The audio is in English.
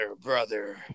brother